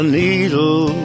needle